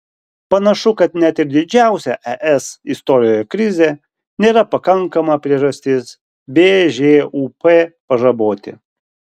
panašu kad net ir didžiausia es istorijoje krizė nėra pakankama priežastis bžūp pažaboti